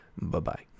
bye-bye